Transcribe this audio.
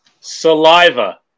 saliva